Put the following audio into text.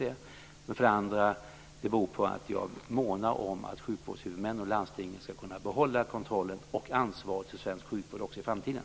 Det beror på att jag månar om att sjukvårdshuvudmännen, landstingen, skall kunna behålla kontrollen över och ansvaret för svensk sjukvård också i framtiden.